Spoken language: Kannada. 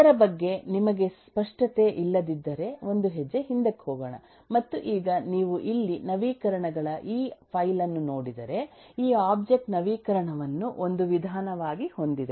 ಇದರ ಬಗ್ಗೆ ನಿಮಗೆ ಸ್ಪಷ್ಟತೆ ಇಲ್ಲದಿದ್ದರೆ ಒಂದು ಹೆಜ್ಜೆ ಹಿಂದಕ್ಕೆ ಹೋಗೋಣ ಮತ್ತು ಈಗ ನೀವು ಇಲ್ಲಿ ನವೀಕರಣಗಳ ಈ ಫೈಲ್ ಅನ್ನು ನೋಡಿದರೆ ಈ ಒಬ್ಜೆಕ್ಟ್ ನವೀಕರಣವನ್ನು ಒಂದು ವಿಧಾನವಾಗಿ ಹೊಂದಿದೆ